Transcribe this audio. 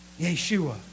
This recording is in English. Yeshua